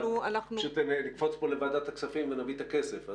פשוט נקפוץ פה לוועדת הכספים ונביא את הכסף.